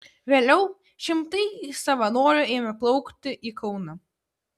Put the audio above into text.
vėliau šimtai savanorių ėmė plaukti į kauną